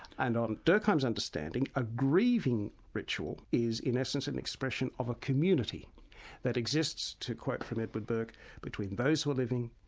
and on durkheim's understanding a grieving ritual is in essence an expression of a community that exists to quote from edward burke between those who are living,